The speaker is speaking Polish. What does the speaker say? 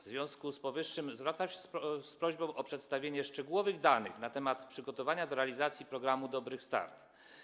W związku z powyższym zwracam się z prośbą o przedstawienie szczegółowych danych na temat przygotowania do realizacji programu „Dobry start”